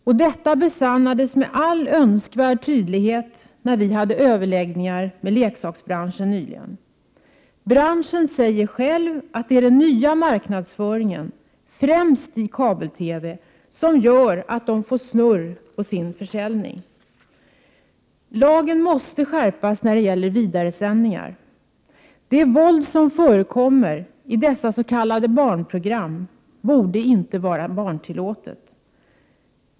Och detta besannades med all önskvärd tydlighet när vi hade överläggningar med leksaksbranschen nyligen. Branschen säger själv att det är den nya marknadsföringen, främst i kabel-TV, som gör att de får snurr på sin försäljning. Lagen måste skärpas när det gäller vidaresändningar. Det våld som förekommer i dessa s.k. barnprogram borde inte vara barntillåtet.